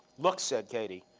look, said katie,